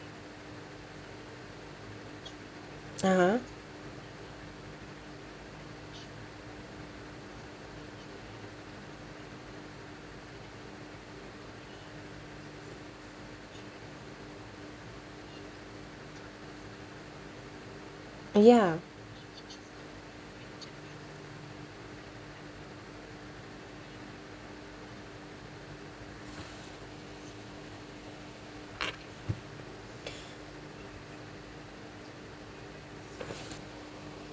(uh huh) ya